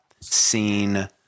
seen